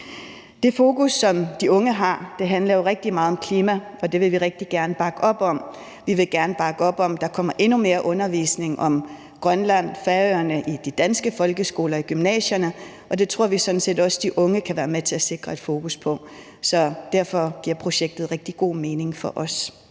Det fokus, som de unge har, handler jo rigtig meget om klima, og det vil vi rigtig gerne bakke op om. Vi vil gerne bakke op om, at der kommer endnu mere undervisning om Grønland og Færøerne i de danske folkeskoler, i gymnasierne, og det tror vi sådan set også de unge kan være med til at sikre et fokus på, så derfor giver projektet rigtig god mening for os.